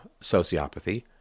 sociopathy